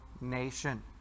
nation